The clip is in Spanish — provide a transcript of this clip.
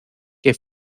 que